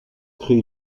crée